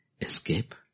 Escape